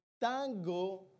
tango